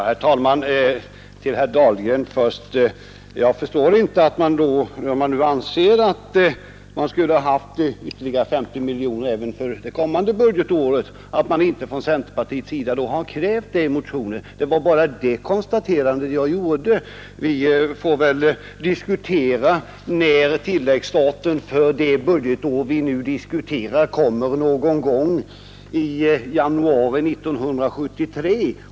Herr talman! Jag vill först säga till herr Dahlgren att jag inte förstår varför centerpartiet, om man nu där anser att det skulle ha utgått ytterligare 50 miljoner kronor även för kommande budgetår, då inte i motioner har krävt detta. Det var bara det konstaterandet jag gjorde. Vi får väl diskutera detta när tilläggsstaten för ifrågavarande anslag kommer någon gång i januari 1973.